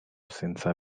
senza